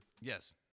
Yes